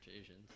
Asians